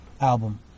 album